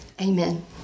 Amen